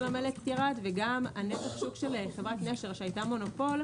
המלט ירד וגם נתח שוק של חברת נשר שהייתה מונופול,